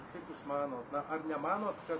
kaip jūs manot na ar nemanot kad